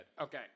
Okay